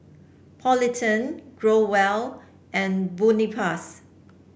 Polident Growell and Tubifast